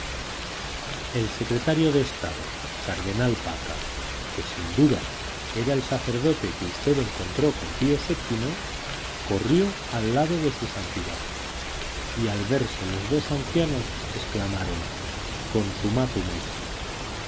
el secretario de estado cardenal pacca que sin duda era el sacerdote que usted encontró con pío vii corrió al lado de su santidad y al verse los dos ancianos exclamaron